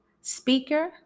speaker